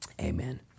amen